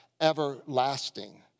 everlasting